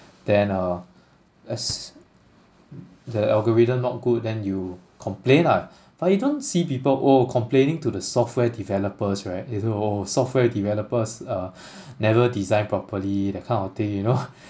then uh as the algorithm not good then you complain lah but you don't see people oh complaining to the software developers right it's oh software developers uh never design properly that kind of thing you know